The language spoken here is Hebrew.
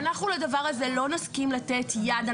אנחנו לא נסכים לתת יד לדבר הזה.